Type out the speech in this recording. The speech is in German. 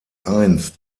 einst